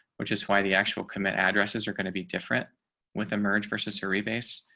which is why the actual commit addresses are going to be different with emerged versus hurry base.